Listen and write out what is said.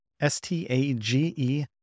S-T-A-G-E